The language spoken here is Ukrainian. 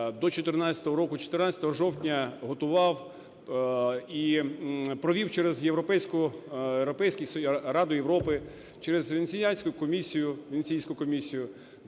до 14-го року 14 жовтня готував і провів через європейський… Раду Європи, через Венеційську комісію